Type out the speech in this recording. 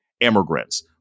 immigrants